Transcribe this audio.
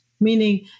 meaning